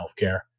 healthcare